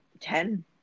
Ten